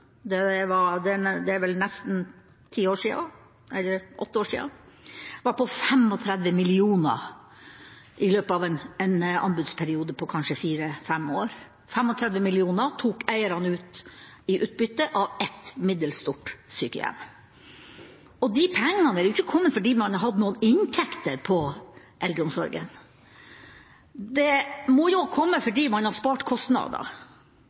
det er vel åtte år siden – var på 35 mill. kr i løpet av en anbudsperiode på kanskje fire–fem år. 35 mill. kr tok eierne ut i utbytte av et middels stort sykehjem. De pengene har ikke kommet fordi man hadde inntekter i eldreomsorgen, de må ha kommet fordi man har spart kostnader.